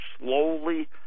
slowly